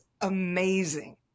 amazing